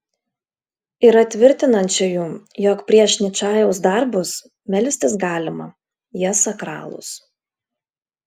yra tvirtinančiųjų jog prieš ničajaus darbus melstis galima jie sakralūs